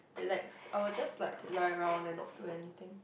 relax I'll just like lie around and not do anything